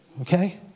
okay